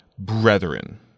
Brethren